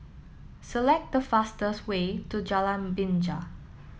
select the fastest way to Jalan Binja